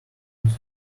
gives